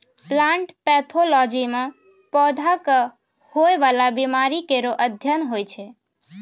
plant pathology म पौधा क होय वाला बीमारी केरो अध्ययन होय छै